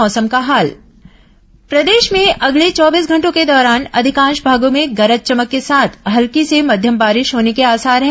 मौसम प्रदेश में अगले चौबीस घंटों के दौरान अधिकांश भागों में गरज चमक के साथ हल्की से मध्यम बारिश होने को आसार हैं